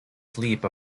sleep